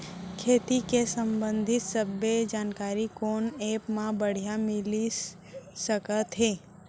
खेती के संबंधित सब्बे जानकारी कोन एप मा बढ़िया मिलिस सकत हे?